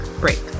break